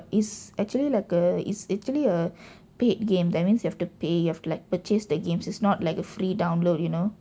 is actually like a is actually a paid game that means you have to pay you have to like purchase the games is not like a free download you know